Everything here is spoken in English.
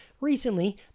Recently